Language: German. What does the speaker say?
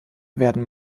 werden